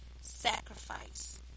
sacrifice